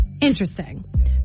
Interesting